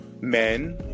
men